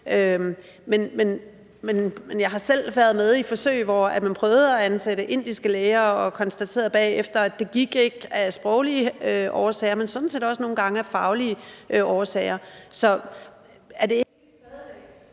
Men jeg har selv været med i forsøg, hvor man prøvede at ansætte indiske læger og bagefter konstaterede, at det gik ikke af sproglige årsager og sådan set også nogle gange af faglige årsager. Så er det ikke